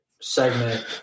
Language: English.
segment